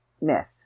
myth